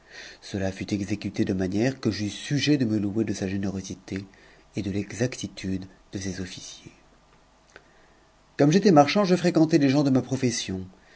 cela fut exécuté d'une manière que j'eus sujet de me louer de sa n erosité et de l'exactitude de ses officiers n comme j'étais marchand je fréquentai les gens de ma profession